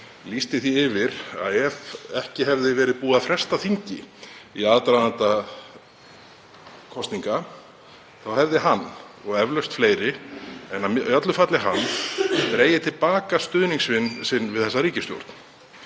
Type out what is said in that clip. lýsti því yfir að ef ekki hefði verið búið að fresta þingi í aðdraganda kosninga hefði hann, og eflaust fleiri, en í öllu falli hann, dregið til baka stuðning sinn við þessa ríkisstjórn.